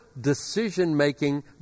decision-making